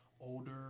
older